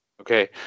Okay